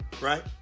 right